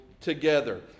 together